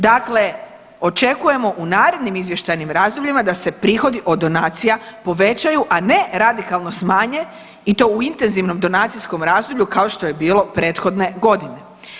Dakle, očekujemo u narednim izvještajnim razdobljima da se prihodi od donacija povećaju, a ne radikalno smanje i to u intenzivnom donacijskom razdoblju kao što je bilo prethodne godine.